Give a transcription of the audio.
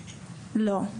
לא.